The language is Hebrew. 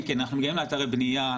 כן, אנחנו מגיעים לאתרי בנייה.